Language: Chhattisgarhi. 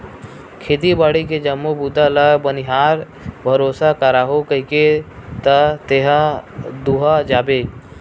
खेती बाड़ी के जम्मो बूता ल बनिहार भरोसा कराहूँ कहिके त तेहा दूहा जाबे